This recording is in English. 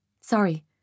Sorry